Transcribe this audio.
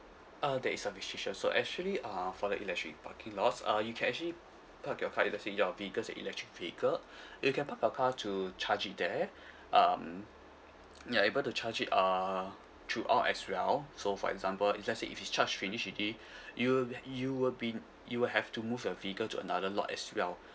uh there is a restriction so actually uh for the electric parking lots uh you can actually park your car if let's say your vehicle is electric vehicle you can park your car to charge it there um you're able to charge it uh throughout as well so for example if let's say if it's charged finished already you'll you will be you will have to move your vehicle to another lot as well